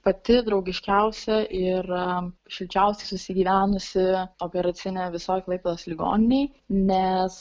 pati draugiškiausia ir šilčiausiai susigyvenusi operacinė visoj klaipėdos ligoninėj nes